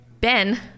Ben